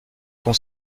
qu’on